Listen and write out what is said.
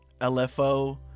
LFO